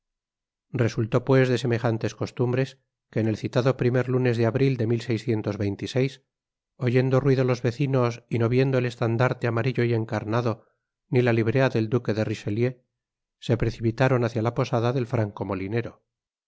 resultó pues de semejantes costumbres que en el citado primer lunes de abril de oyendo ruido los vecinos y no viendo el estandarte amarillo y encarnado ni la librea del duque de richclieu se precipitaron hácia la posada del franco molinero